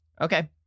Okay